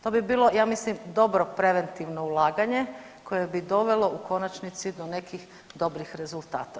To bi bilo ja mislim dobro preventivno ulaganje koje bi dovelo u konačnici do nekih dobrih rezultata.